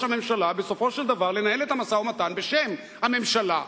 הממשלה בסופו של דבר לנהל את המשא-ומתן בשם הממשלה.